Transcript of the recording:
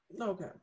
Okay